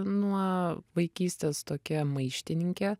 nuo vaikystės tokia maištininkė